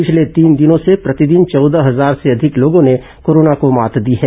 पिछले तीन दिनों से प्रतिदिन चौदह हजार से अधिक लोगों ने कोरोना को मात दी है